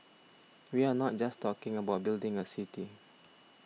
we are not just talking about building a city